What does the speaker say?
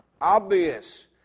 obvious